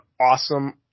awesome